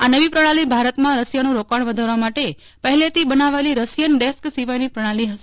આ નવી પ્રણાલી ભારતમાં રશિયાનું રોકાણ વધારવા માટે પહેલેથી બનાવાયેલી રશિયન ડેસ્ક સિવાયની પ્રણાલી હશે